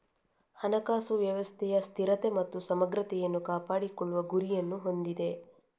ಹಣಕಾಸು ವ್ಯವಸ್ಥೆಯ ಸ್ಥಿರತೆ ಮತ್ತು ಸಮಗ್ರತೆಯನ್ನು ಕಾಪಾಡಿಕೊಳ್ಳುವ ಗುರಿಯನ್ನು ಹೊಂದಿದೆ